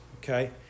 Okay